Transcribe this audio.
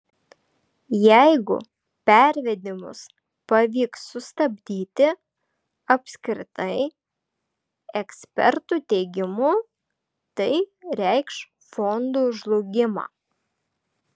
jeigu pervedimus pavyks sustabdyti apskritai ekspertų teigimu tai reikš fondų žlugimą